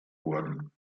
worden